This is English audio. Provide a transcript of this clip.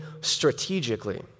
strategically